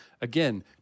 again